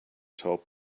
top